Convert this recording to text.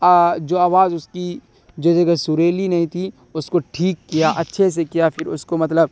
آ جو آواز اس کی جو جگہ سریلی نہیں تھی اس کو ٹھیک کیا اچھے سے کیا پھر اس کو مطلب